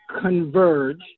converge